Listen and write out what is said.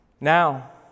Now